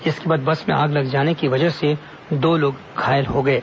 इसके बाद बस में आग लग जाने की वजह से दो लोग घायल हो गए हैं